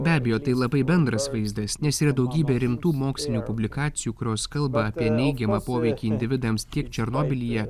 be abejo tai labai bendras vaizdas nes yra daugybė rimtų mokslinių publikacijų kurios kalba apie neigiamą poveikį individams tiek černobylyje